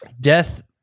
death